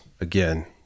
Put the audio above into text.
Again